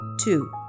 two